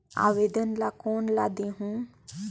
आवेदन ला कोन ला देहुं?